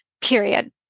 period